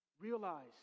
Realize